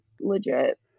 legit